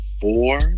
four